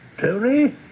Tony